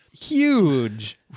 huge